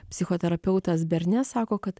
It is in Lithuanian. psichoterapeutas berne sako kad